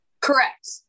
Correct